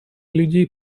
людей